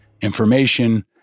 information